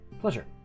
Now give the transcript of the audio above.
Pleasure